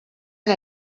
amb